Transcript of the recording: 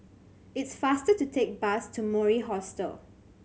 it is faster to take bus to Mori Hostel